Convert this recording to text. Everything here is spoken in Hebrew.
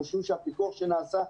אנחנו חושבים שהפיקוח שנעשה,